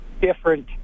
different